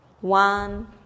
one